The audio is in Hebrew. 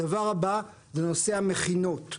הדבר הבא זה נושא המכינות.